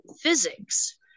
physics